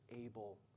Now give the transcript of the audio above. able